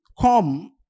come